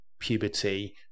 puberty